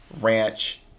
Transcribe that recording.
ranch